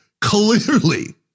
Clearly